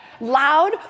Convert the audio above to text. loud